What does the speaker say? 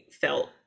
felt